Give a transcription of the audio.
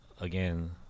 again